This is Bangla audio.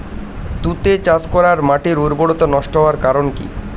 তুতে চাষ করাই মাটির উর্বরতা নষ্ট হওয়ার কারণ কি?